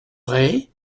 retz